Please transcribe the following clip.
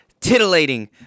titillating